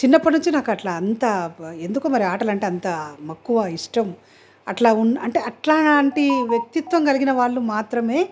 చిన్నప్పటి నుంచి నాకు అట్లా అంతా ఎందుకో మరి ఆటలంటే అంత మక్కువ ఇష్టం అట్లా ఉన్న అంటే అట్లాంటి వ్యక్తిత్వం కలిగిన వాళ్ళు మాత్రమే